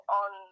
on